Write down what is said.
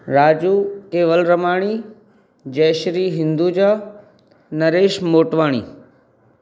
Raju Kewalramani Jayashree Hinduja Naresh Motwani